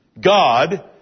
God